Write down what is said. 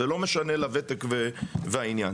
ולא משנה לוותק והעניין.